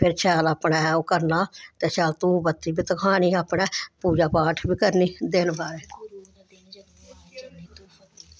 ते शैल अपने ओह् करना ते शैल धूफ बत्ती बी धखानी अपने पूजा पाठ बी करनी अपने दिन भर